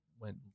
went